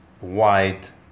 white